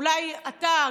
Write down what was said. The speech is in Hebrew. אולי אתה.